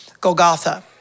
Golgotha